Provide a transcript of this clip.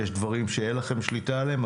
יש דברים שאין לכם שליטה עליהם,